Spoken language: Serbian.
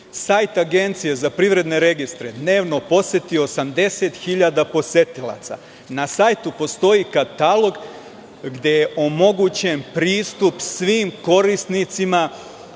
Sajt Agencije za privredne registre dnevno poseti 80.000 posetilaca. Na sajtu postoji katalog gde je omogućen pristup svim korisnicima,